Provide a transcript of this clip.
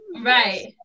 Right